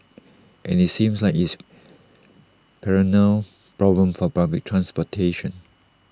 and IT seems like it's A perennial problem for public transportation